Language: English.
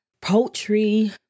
poultry